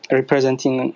representing